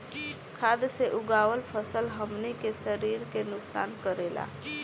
खाद्य से उगावल फसल हमनी के शरीर के नुकसान करेला